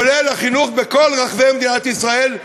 כולל החינוך בכל רחבי מדינת ישראל,